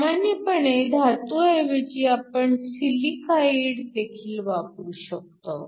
सामान्यपणे धातूऐवजी आपण सिलिकाईड देखील वापरू शकतो